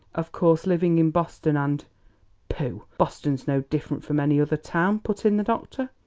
of course living in boston, and pooh! boston's no different from any other town, put in the doctor.